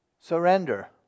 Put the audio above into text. Surrender